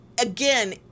again